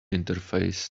interface